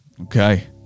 okay